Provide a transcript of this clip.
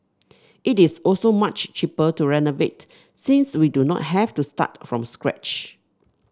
it is also much cheaper to renovate since we do not have to start from scratch